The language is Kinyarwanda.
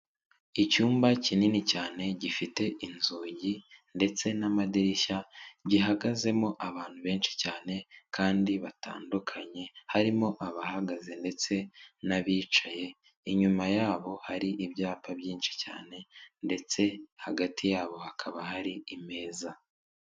Icyumba kinini cyane gifite inzugi ndetse n'amadirishya gihagazemo abantu benshi cyane kandi batandukanye, harimo abahagaze ndetse n'abicaye. Inyuma yabo hari ibyapa byinshi cyane ndetse hagati yabo hakaba hari imeza.